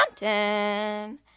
mountain